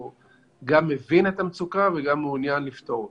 הוא גם מבין את המצוקה וגם מעוניין לפתור אותה.